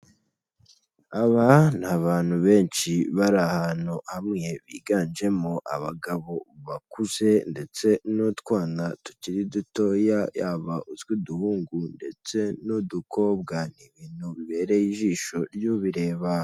Aba ni abantu benshi bari ahantu hamwe, biganjemo abagabo bakuze ndetse n'utwana tukiri dutoya yaba utw'uduhungu ndetse n'udukobwa, ni ibintu bibereye ijisho ry'ubireba.